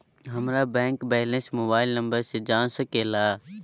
हमारा bank balance mobile number से जान सके ला?